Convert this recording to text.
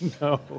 No